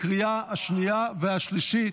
לקריאה השנייה והשלישית.